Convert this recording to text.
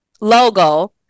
logo